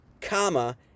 comma